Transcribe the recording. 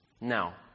Now